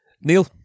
Neil